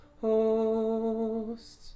hosts